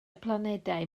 planedau